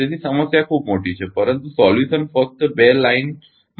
તેથી સમસ્યા ખૂબ મોટી છે પરંતુ સમાધાન ફક્ત બે લાઇનમાં છે